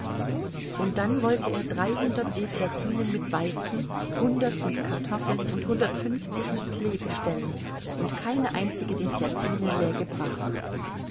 und dann wollte er dreihundert deßjatinen mit weizen hundert mit kartoffeln und hundertfünfzig mit klee bestellen und keine einzige deßjatine läge brach